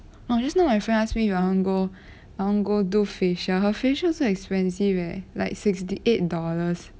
oh just now my friend ask me you want go I want go do facial her facial so expensive leh like sixty eight dollars